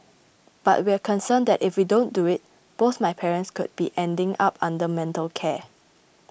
but we're concerned that if we don't do it both my parents could be ending up under mental care